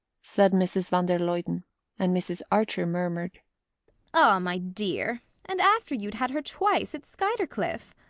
said mrs. van der luyden and mrs. archer murmured ah, my dear and after you'd had her twice at skuytercliff!